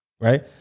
Right